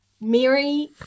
Mary